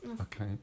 Okay